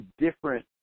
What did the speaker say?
different